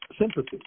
sympathy